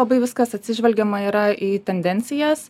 labai viskas atsižvelgiama yra į tendencijas